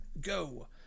Go